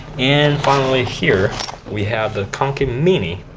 and, finally, here we have the kanken mini.